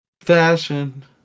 fashion